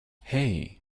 hey